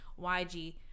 yg